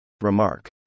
Remark